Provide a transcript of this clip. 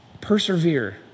Persevere